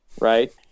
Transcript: right